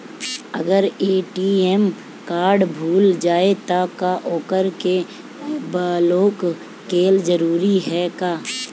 अगर ATM card भूला जाए त का ओकरा के बलौक कैल जरूरी है का?